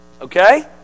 okay